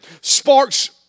Sparks